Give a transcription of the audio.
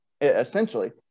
essentially